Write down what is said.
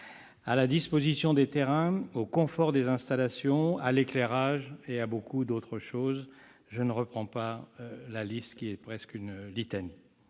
à la disposition des terrains, au confort des installations, à l'éclairage et à beaucoup d'autres choses- je ne saurais épuiser cette liste, qui est presque une litanie.